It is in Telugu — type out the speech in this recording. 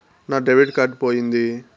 నా డెబిట్ కార్డు పోయింది